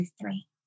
three